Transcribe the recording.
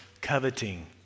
coveting